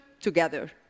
together